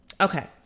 Okay